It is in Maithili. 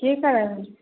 की कऽ रहल छी